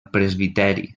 presbiteri